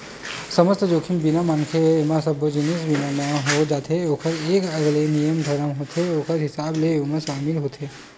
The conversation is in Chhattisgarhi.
समस्त जोखिम बीमा के माने एमा सब्बो जिनिस के बीमा हो जाथे ओखर एक अलगे नियम धरम होथे ओखर हिसाब ले ओमा सामिल होथे